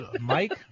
Mike